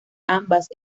ambas